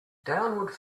downward